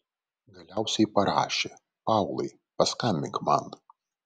galiausiai parašė paulai paskambink man